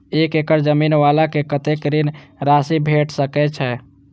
एक एकड़ जमीन वाला के कतेक ऋण राशि भेट सकै छै?